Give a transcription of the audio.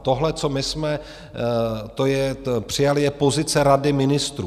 Tohle, co my jsme to přijali, je pozice Rady ministrů.